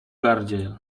gardziel